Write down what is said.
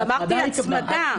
אמרתי הצמדה.